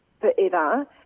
forever